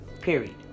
Period